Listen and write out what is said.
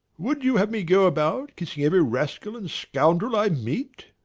would you have me go about kissing every rascal and scoundrel i meet?